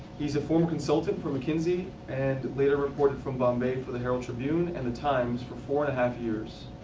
he's a former consultant for mckinsey and later reported from bombay for the herald tribune and the times for four and a half years.